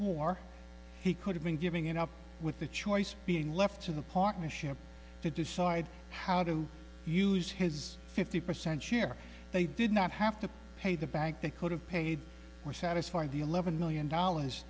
more he could have been giving it up with the choice being left to the partnership to decide how to use his fifty percent share they did not have to pay the bank they could have paid more satisfy the eleven million dollars